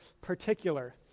particular